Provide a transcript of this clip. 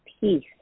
peace